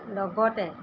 লগতে